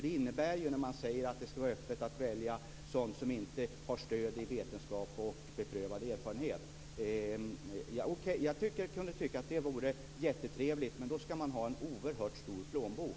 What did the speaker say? Det innebär det när Centern säger att det skall vara öppet att välja sådant som inte har stöd i vetenskap och beprövad erfarenhet. Jag kan tycka att det vore jättetrevligt, men då skall man ha en oerhört stor plånbok.